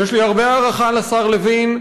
יש לי הרבה הערכה לשר לוין,